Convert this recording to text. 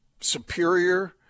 superior